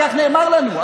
כך נאמר לנו,